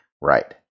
Right